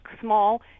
small